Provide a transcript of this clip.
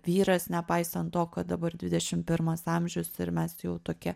vyras nepaisant to kad dabar dvidešim pirmas amžius ir mes jau tokie